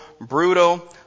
brutal